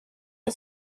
and